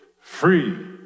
free